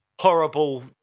horrible